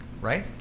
right